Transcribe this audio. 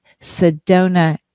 Sedona